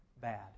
bad